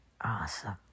Awesome